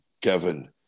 Kevin